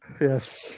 Yes